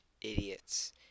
idiots